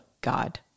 God